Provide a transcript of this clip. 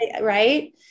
Right